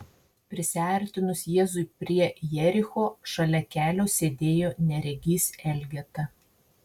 prisiartinus jėzui prie jericho šalia kelio sėdėjo neregys elgeta